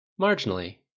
Marginally